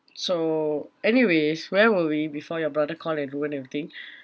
so anyways where were we before your brother called and ruin everything